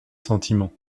sentiments